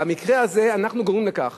במקרה הזה אנחנו גורמים לכך